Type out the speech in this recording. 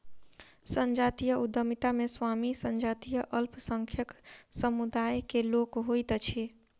संजातीय उद्यमिता मे स्वामी संजातीय अल्पसंख्यक समुदाय के लोक होइत अछि